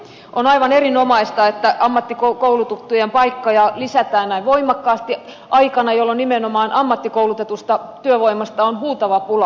on aivan erinomaista että ammattikoulutettujen paikkoja lisätään näin voimakkaasti aikana jolloin nimenomaan ammattikoulutetusta työvoimasta on huutava pula